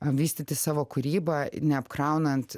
vystyti savo kūrybą neapkraunant